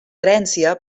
herència